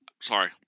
sorry